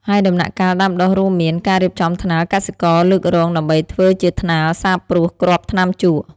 ហើយដំណាក់កាលដាំដុះរួមមាន ការរៀបចំថ្នាលកសិករលើករងដើម្បីធ្វើជាថ្នាលសាបព្រោះគ្រាប់ថ្នាំជក់។